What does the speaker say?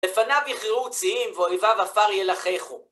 לפניו יכרעו ציים, ואויביו עפר ילחכו.